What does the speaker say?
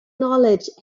knowledge